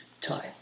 type